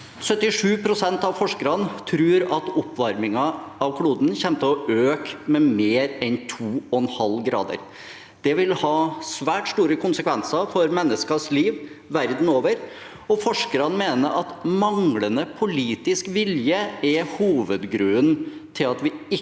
77 pst. av forskerne som tror at oppvarmingen av kloden kommer til å øke med mer enn 2,5 grader. Det vil ha svært store konsekvenser for menneskers liv verden over. Forskerne mener manglende politisk vilje er hovedgrunnen til at vi ikke